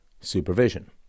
supervision